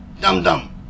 dum-dum